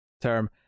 term